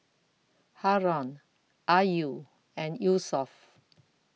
Haron Ayu and Yusuf